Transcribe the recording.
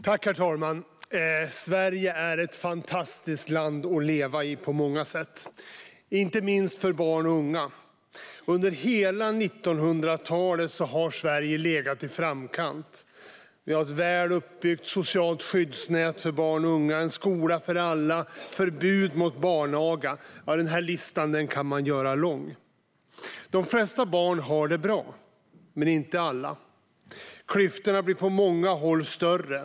Herr talman! Sverige är på många sätt ett fantastiskt land att leva i, inte minst för barn och unga. Under hela 1900-talet har Sverige legat i framkant. Vi har ett väl utbyggt socialt skyddsnät för barn och unga, en skola för alla och förbud mot barnaga. Listan kan göras lång. De flesta barn har det bra, men inte alla. Klyftorna blir på många håll större.